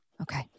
Okay